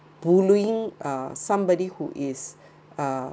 bullying uh somebody who is uh